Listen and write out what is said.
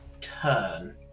turn